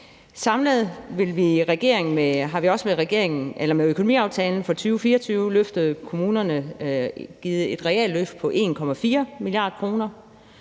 Samlet har vi i regeringen med økonomiaftalen for 2024 løftet kommunerne med et realløft på 1,4 mia. kr,